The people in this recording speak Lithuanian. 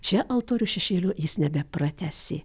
čia altorių šešėlio jis nebepratęsė